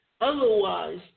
Otherwise